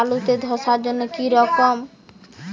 আলুতে ধসার জন্য কি করব?